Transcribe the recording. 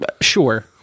Sure